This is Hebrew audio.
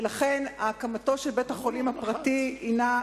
ולכן הקמתו של בית-החולים הפרטי הינה,